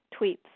tweets